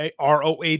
ROH